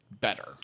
better